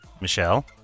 Michelle